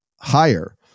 higher